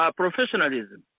professionalism